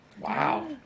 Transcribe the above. Wow